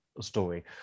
story